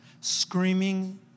screaming